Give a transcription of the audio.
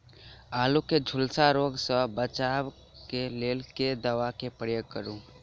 आलु केँ झुलसा रोग सऽ बचाब केँ लेल केँ दवा केँ प्रयोग करू?